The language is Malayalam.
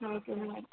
നോക്കിയാണോ വിട്ടത്